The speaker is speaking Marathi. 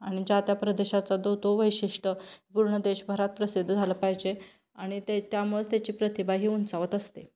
आणि ज्या त्या प्रदेशाचा तो तो वैशिष्ट्य पूर्ण देशभरात प्रसिद्ध झालं पाहिजे आणि ते त्यामुळं त्याची प्रतिभा ही उंचावत असते